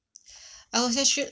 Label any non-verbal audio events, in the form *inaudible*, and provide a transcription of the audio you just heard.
*breath* I was actu~